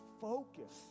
focus